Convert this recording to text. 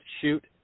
shoot